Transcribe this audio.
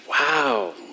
wow